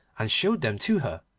and showed them to her.